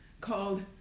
called